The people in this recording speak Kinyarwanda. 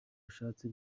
ashatse